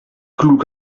cloue